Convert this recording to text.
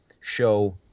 show